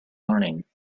learning